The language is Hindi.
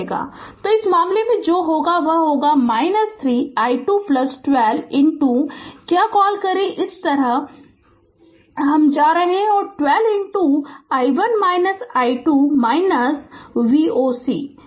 तो इस मामले में जो होगा वह होगा 3 i2 12 क्या कॉल करें यह इस तरह से जा रहे हैं 12 i1 i2 Voc एक ही परिणाम मिलेगा